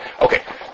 Okay